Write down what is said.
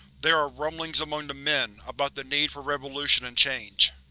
there are rumblings among the men about the need for revolution and change.